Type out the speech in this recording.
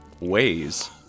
ways